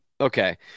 Okay